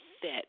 fit